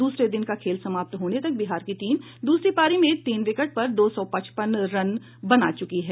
दूसरे दिन का खेल समाप्त होने तक बिहार की टीम दूसरी पारी में तीन विकेट पर दो सौ पचपन रन बना चुकी है